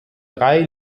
drei